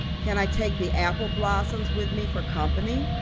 can i take the apple blossoms with me for company?